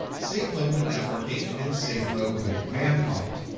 safe mode with networking, and safe mode with command prompt.